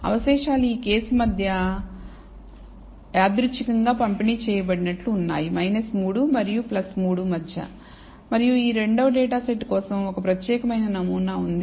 అవశేషాలు ఈ కేసు మధ్య యాదృచ్చికంగా పంపిణీ చేయబడినట్లు ఉన్నాయి 3 మరియు 3 మధ్య మరియు రెండవ డేటా సెట్ కోసం ఒక ప్రత్యేకమైన నమూనా ఉంది